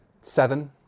seven